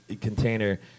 container